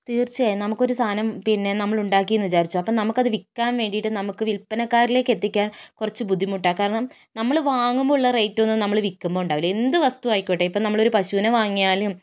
തീർച്ചയായും നമുക്കൊരു സാധനം പിന്നെ നമ്മൾ ഉണ്ടാക്കിയെന്ന് വിചാരിച്ചോ അപ്പം നമുക്കത് വിൽക്കാൻ വേണ്ടിയിട്ട് നമുക്ക് വിൽപ്പനക്കാരിലേക്ക് എത്തിക്കാൻ കുറച്ച് ബുദ്ധിമുട്ടാണ് കാരണം നമ്മൾ വാങ്ങുമ്പോഴുള്ള റേറ്റൊന്നും നമ്മൾ വിക്കുമ്പോൾ ഉണ്ടാവില്ല എന്ത് വസ്തു ആയിക്കോട്ടെ ഇപ്പോൾ നമ്മളൊരു പശുവിനെ വാങ്ങിയാലും